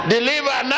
Deliver